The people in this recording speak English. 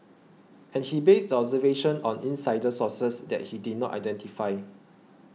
and he based the observation on insider sources that he did not identify